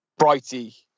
brighty